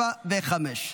4 ו-5,